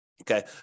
Okay